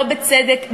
לא בצדק,